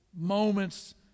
moments